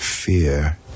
Fear